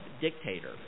dictator